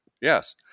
Yes